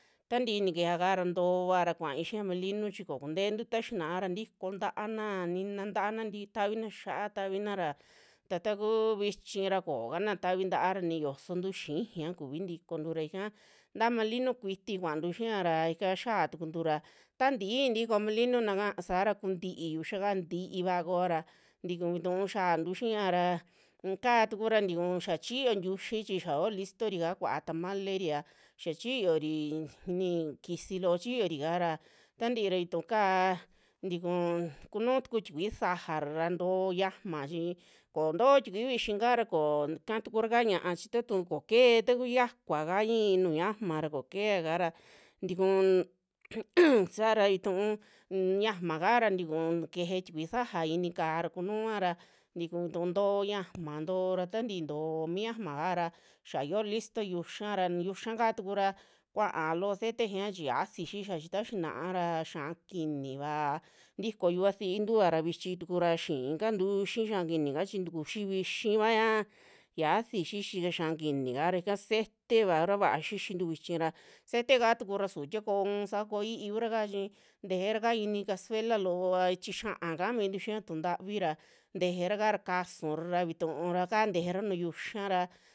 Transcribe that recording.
Tantii nikejea kara ntuoara kuai xiaa molino chi kokunteentu ta xinaara ntikoo ta'ana, nina ta'ana tii tavina xá'a tavina ra ta takuu vichi ra kokana tavi ta'a, ni yosontu xijia kuvi tikoontu ra ika ta malinu kuiti kuaantu xiiara ika xiaa tukuntu ra taa ti'í tiko malinunaka kaara kuntii yuxaka, ti'iva kooara tiku vituu xiantu xia ra, kaa tukura tiku xaa chiyo ntiuxi chi ya yoo listori ka kuaa tamaleria, xiaa chiyori ini kisi loo chiyorika ra tantii ra vituu ka tikuu kunuu tuku tikui sajara ra nto'o ña'ama chii kontoo tikui vixi kara koo katukura, ñaa chi tatu koo kee taku xiakua ka i'in tuju ña'ama kokeeaka ra tikun saara vitu ña'ama kara tiku keje tikui saja ini ka'á ra kunuua ra tikuu vituu ntoo ña'ama, ntoo ra taa ntii too mi ña'ama kara xia yoo listo yuxa ra, yuxa kaatukura kua'a loo cete xia chi xiasi xixia chi ta xinaa ra xia'a kini vaa tiko yuvasiintua ra vichituku ra xiikantu xii xia'a kinika chi tukuxi vixivaa xiasi xixi ka xia'a kini kara ika ceteva ura vaa xixintu vichira, ceteka tukura suvi tie koo u'un saa koo i'ii kuraka chi tejeera kaa ini cazuela loova, tixia'a kamintu xia tu'u ntavira tejeraka kasura ra vitura kaa tejera nuju yiuxa ra.